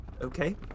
okay